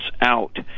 out